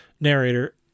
narrator